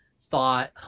thought